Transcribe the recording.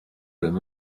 rim